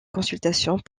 consultations